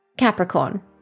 Capricorn